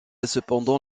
cependant